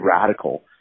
radical